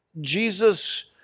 Jesus